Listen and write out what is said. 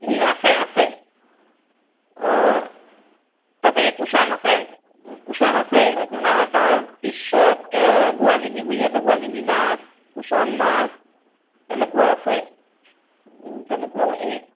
আছে আছে অঁ তাতে সেই কুচান আছে কুচান আছে আপোনাৰ তাৰপিছত গোৱালিনী বুলি আছে গোৱালিনী নাচ কুচান নাচ এনেকুৱা আছে তেনেকুৱা এই